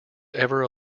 ever